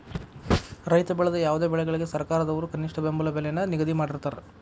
ರೈತ ಬೆಳೆದ ಯಾವುದೇ ಬೆಳೆಗಳಿಗೆ ಸರ್ಕಾರದವ್ರು ಕನಿಷ್ಠ ಬೆಂಬಲ ಬೆಲೆ ನ ನಿಗದಿ ಮಾಡಿರ್ತಾರ